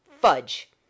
Fudge